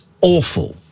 awful